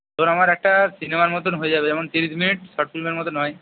তো আমার একটা সিনেমার মতন হয়ে যাবে যেমন ত্রিশ মিনিট শর্ট ফিল্মের মতন হয়